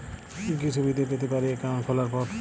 কি কি সুবিধে পেতে পারি একাউন্ট খোলার পর?